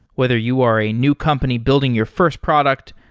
whether you are a new company building your first product,